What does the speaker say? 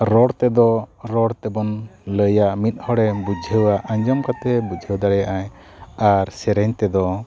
ᱨᱚᱲ ᱛᱮᱫᱚ ᱨᱚᱲᱛᱮ ᱵᱚᱱ ᱞᱟᱹᱭᱟ ᱢᱤᱫ ᱦᱚᱲᱮ ᱵᱩᱡᱷᱟᱹᱣᱟ ᱟᱸᱡᱚᱢ ᱠᱟᱛᱮᱫ ᱵᱩᱡᱷᱟᱹᱣ ᱫᱟᱲᱮᱭᱟᱜ ᱟᱭ ᱟᱨ ᱥᱮᱨᱮᱧ ᱛᱮᱫᱚ